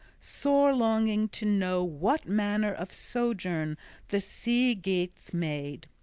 sore longing to know what manner of sojourn the sea-geats made.